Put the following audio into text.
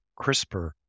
CRISPR